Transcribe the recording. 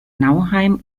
nauheim